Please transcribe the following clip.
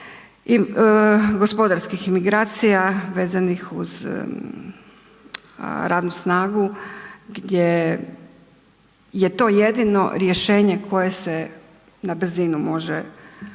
gospodarskih migracija vezanih uz radnu snagu gdje je to jedino rješenje koje se na brzinu može